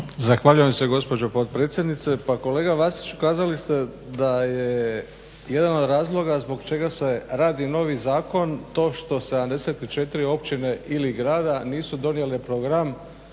Zahvaljujem se gospođo potpredsjednice. Pa kolega Vasiću kazali ste da je jedan od razloga zbog čega se radi novi zakon to što 74 općine ili grada nisu donijele program